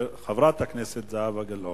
חברת הכנסת זהבה גלאון.